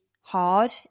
hard